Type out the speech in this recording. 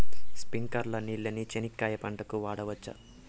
స్ప్రింక్లర్లు నీళ్ళని చెనక్కాయ పంట కు వాడవచ్చా?